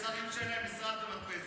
יש שרים שאין להם משרד ומדפסת,